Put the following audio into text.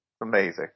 amazing